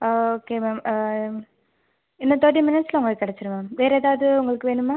ஆ okay ma'am இன்னும் thirty மினிட்ஸ்ல உங்களுக்கு கிடச்சிரும் மேம் வேற எதாவது உங்களுக்கு வேணுமா